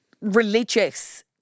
religious